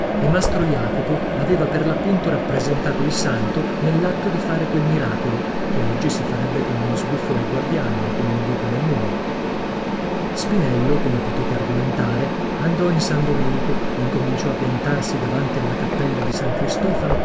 e mastro jacopo aveva per l'appunto rappresentato il santo nell'atto di fare quel miracolo che oggi si farebbe con uno sbruffo ai guardiani o con un buco nel muro spinello come potete argomentare andò in san domenico incominciò a piantarsi davanti alla cappella di san cristofano